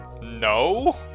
No